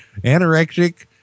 anorexic